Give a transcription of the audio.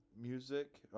music